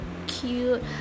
cute